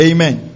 Amen